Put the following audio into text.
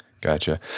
Gotcha